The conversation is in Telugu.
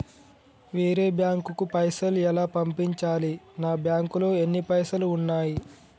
వేరే బ్యాంకుకు పైసలు ఎలా పంపించాలి? నా బ్యాంకులో ఎన్ని పైసలు ఉన్నాయి?